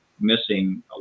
missing